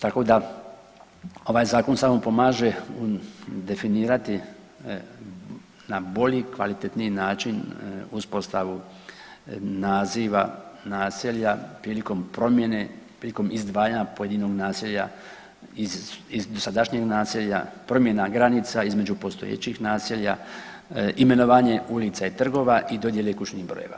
Tako da ovaj zakon samo pomaže definirati na bolji i kvalitetniji način uspostavu naziva naselja prilikom promjene i prilikom izdvajanja pojedinog naselja iz dosadašnjeg naselja, promjena granica između postojećih naselja, imenovanje ulica i trgova i dodjele kućnih brojeva.